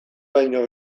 baino